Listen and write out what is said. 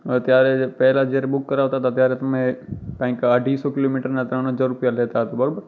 ત્યારે પહેલા જયારે બૂક કરાવતા હતા ત્યારે તમે કંઈક અઢીસો કિલોમીટરના ત્રણ હજાર રૂપિયા લેતા હતા બરાબર